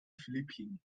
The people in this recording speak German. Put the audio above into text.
philippinen